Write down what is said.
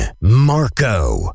Marco